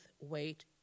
weight